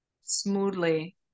smoothly